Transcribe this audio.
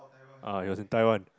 ah he was in Taiwan